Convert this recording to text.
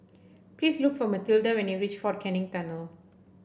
please look for Matilda when you reach Fort Canning Tunnel